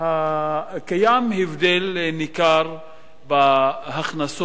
קיים הבדל ניכר בהכנסות